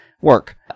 work